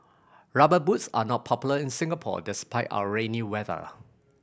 Rubber Boots are not popular in Singapore despite our rainy weather